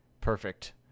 perfect